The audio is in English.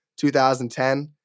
2010